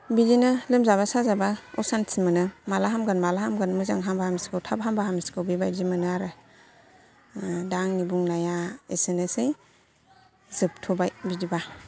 बिदिनो लोमजाबा साजाबा असान्थि मोनो माला हामगोन माला हामगोन मोजां हामबा हामसिगौ थाब हामबा हामसिगौ बेबायदि मोनो आरो दा आंनि बुंनाया एसेनोसै जोबथ'बाय बिदिबा